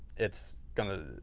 it's going to